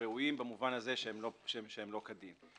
ראויים במובן הזה שהם לא כדין.